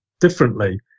differently